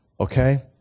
Okay